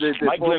Mike